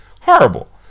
Horrible